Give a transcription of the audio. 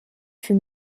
fut